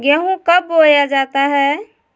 गेंहू कब बोया जाता हैं?